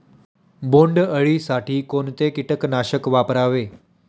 बोंडअळी साठी कोणते किटकनाशक वापरावे?